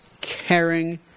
caring